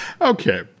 Okay